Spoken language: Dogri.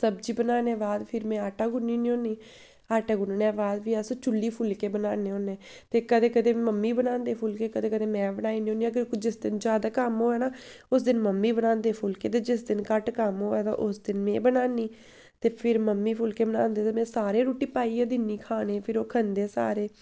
सब्जी बनाने बाद फिर में आटा गु'न्नी ओड़नी होन्नीं आटा गु'न्नने बाद फ्ही अस चु'ल्ली फुलके बनाने होन्नें ते कदें कदें मम्मी बनांदे फुलके कदें कदें में बनाई ओड़नी होन्नीं अगर जिस दिन जैदा कम्म होऐ ना उस दिन मम्मी बनांदे फुलके ते जिस दिन घट्ट कम्म होऐ ते उस दिन में बनान्नीं ते फिर मम्मी फुलकें बनांदे ते में सारें रुट्टी पाई दिन्नी होनीं खाने गी ते फिर ओह् खंदे सारे